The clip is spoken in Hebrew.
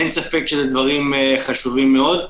אין ספק שאלו דברים חשובים מאוד.